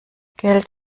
geld